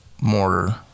more